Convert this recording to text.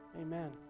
Amen